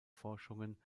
forschungen